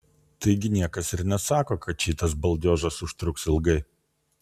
taigi niekas ir nesako kad šitas baldiožas užtruks ilgai